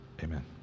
amen